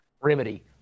remedy